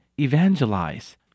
evangelize